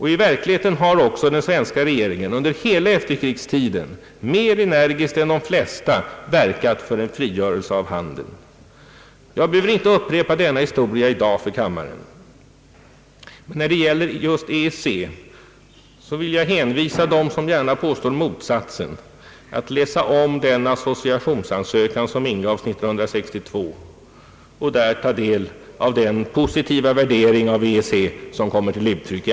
I verkligheten har också den svenska regeringen under hela efterkrigstiden mer energiskt än de flesta verkat för en frigörelse av handeln. Jag behöver inte upprepa denna historia i dag för kammaren. När det gäller just EEC vill jag emellertid uppmana dem som gärna påstår motsatsen att läsa om den associationsansökan, som ingavs år 1962, att ta del av den positiva värdering av EEC som där kommer till uttryck.